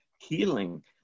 healing